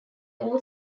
all